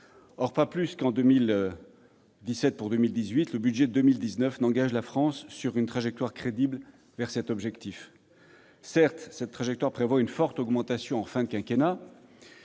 Or, pas plus que le budget pour 2018, le budget pour 2019 n'engage la France sur une trajectoire crédible vers cet objectif. Certes, cette trajectoire prévoit une forte augmentation en fin de quinquennat,